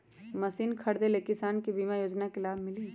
Machine खरीदे ले किसान के बीमा योजना के लाभ मिली?